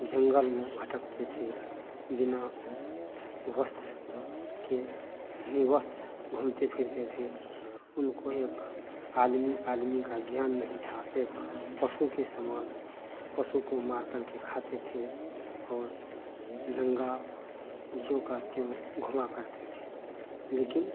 जंगल में भटकते थे बिना वस्त्र के निवस्त्र घूमते फेरते थे उनको एक आदमी आदमी का ज्ञान नहीं था एक पशु के समान पशु को मार करके खाते थे और नंगा जो करके घूमा करते थे लेकिन